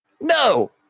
no